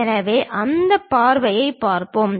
எனவே அந்த பார்வையைப் பார்ப்போம்